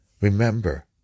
Remember